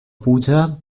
puja